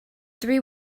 three